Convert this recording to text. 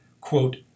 Quote